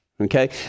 okay